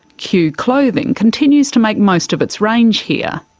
cue clothing continues to makes most of its range here.